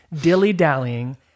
dilly-dallying